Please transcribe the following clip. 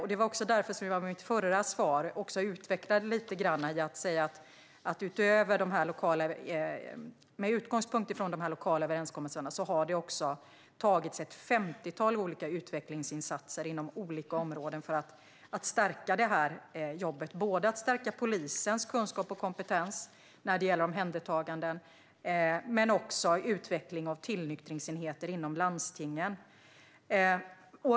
Det var också därför som jag i mitt förra svar utvecklade lite grann genom att säga att det med utgångspunkt från de lokala överenskommelserna har gjorts ett femtiotal olika utvecklingsinsatser inom olika områden för att stärka detta jobb. Det handlar både om att stärka polisens kunskap och kompetens när det gäller omhändertaganden och om utveckling av tillnyktringsenheter inom landstingen.